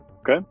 Okay